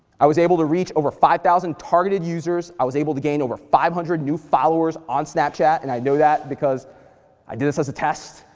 i was able to reach over five thousand targeted users. i was able to gain over five hundred new followers on snapchat, and i know that because i did this as a test,